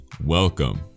welcome